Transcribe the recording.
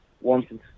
wanting